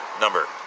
number